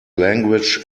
language